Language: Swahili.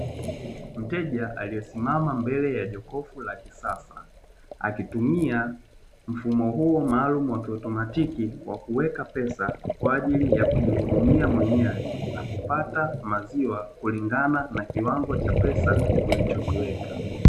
Mteja aliyesimama mbele ya jokofu la kisasa akitumia mfumo huo maalumu wa kiautomatiki, wakuweka pesa kwa ajili ya kujihudumia mwenyewe na kupata maziwa kulingana na kiwango cha pesa ulichokiweka.